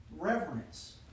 reverence